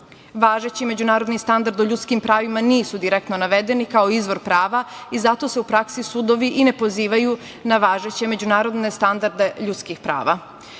Važeći međunarodni standardi u ljuskim pravima nisu direktno navedeni kao izvor prava i zato se u praksi sudovi i ne pozivaju na važeće međunarodne standarde ljudskih prava. Sporna